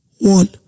One